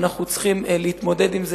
ואנחנו צריכים להתמודד עם זה,